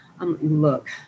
Look